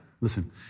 listen